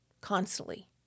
constantly